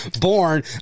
born